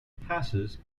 passes